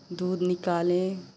दूध निकाले